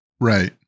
Right